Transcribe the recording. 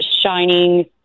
shining